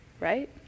right